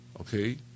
okay